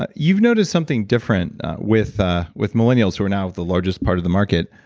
but you've noticed something different with ah with millennials who are now the largest part of the market,